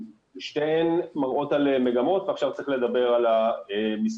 שתיהן מראות על מגמות ועכשיו צריך לדבר על המספרים.